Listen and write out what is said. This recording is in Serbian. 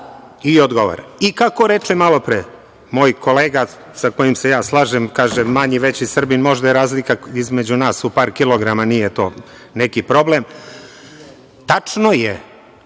odgovara. Kako reče malopre moj kolega, sa kojim se slažem, kažem, manji-veći Srbin, možda je razlika između nas u par kilograma, nije to neki problem, tačno je